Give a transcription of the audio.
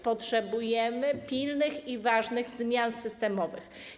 Potrzebujemy pilnych i ważnych zmian systemowych.